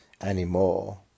anymore